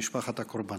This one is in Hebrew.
במשפחת הקורבן.